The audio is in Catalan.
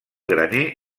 graner